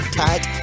tight